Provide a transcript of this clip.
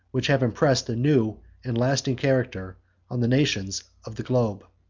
which have impressed a new and lasting character on the nations of the globe.